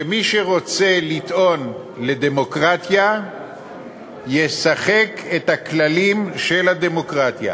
שמי שרוצה לטעון לדמוקרטיה ישחק את הכללים של הדמוקרטיה,